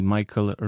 Michael